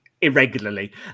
irregularly